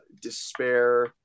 despair